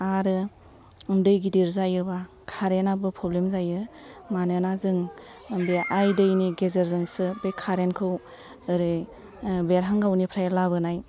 आरो दै गिदिर जायोबा कारेनाबो प्रब्लेम जायो मानोना जों बे आइ दैनि गेजेरजोंसो बे कारेनखौ ओरै बेरहांगावनिफ्राय लाबोनाय